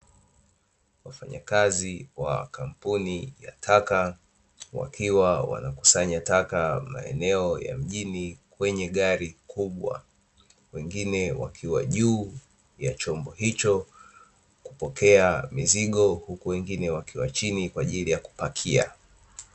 Wafanyakazi wa kampuni ya taka wakiwa wanakusanya taka maeneo ya mjini kwenye gari kubwa, wengine wakiwa juu ya chombo hicho kupokea mizigo huku wengine wakiwa chini kwa ajili ya kupakia.